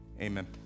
Amen